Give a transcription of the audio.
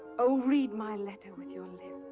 oh, read my letter with your lips.